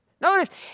Notice